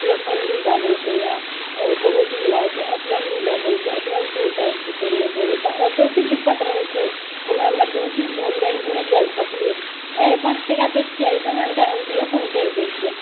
पे phone भी दै देलकैए आओर कोनो चीज ए टी एम भी दै देलकै ए टी एम से निकासी करि लै छै नहि तऽ बेसी दिक्कत रहै छै हमरा इमरजेन्सी छै हम बैँक नहि जा सकलिए तऽ हइ पाँच टका दै छिअऽ ई सामान दै हम पेओफोन करि दै छिअऽ